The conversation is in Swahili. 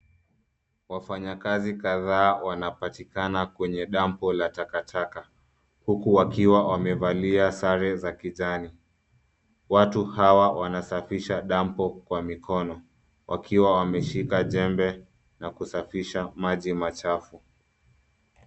Wafanyikazi kadhaa wanapatikana kwenye dampu la takataka huku wkiwa wamevalia sare za kijani. Watu hawa wanasafisha dampu kwa mikono wakiwa wameshika jembe na kusafisha maji machafu.